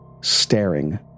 staring